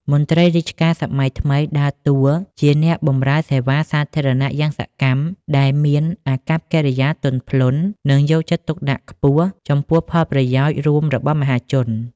មន្ត្រីរាជការសម័យថ្មីដើរតួជាអ្នកបម្រើសេវាសាធារណៈយ៉ាងសកម្ម ដែលមានអាកប្បកិរិយាទន់ភ្លន់ និងយកចិត្តទុកដាក់ខ្ពស់ចំពោះផលប្រយោជន៍រួមរបស់មហាជន។